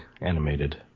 animated